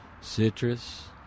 citrus